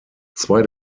zwei